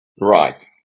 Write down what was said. right